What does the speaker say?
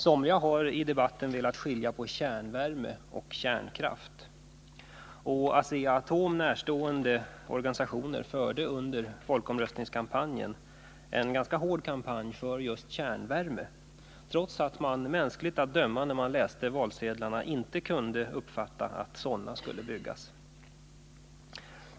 Somliga har i debatten velat skilja på kärnvärme och kärnkraft, och Asea-Atom närstående organisationer förde under folkomröstningskampanjen en ganska hård kampanj för just kärnvärmereaktorer — trots att man, när man läste valsedlarna, inte rimligen kunde uppfatta att sådana skulle byggas.